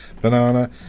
banana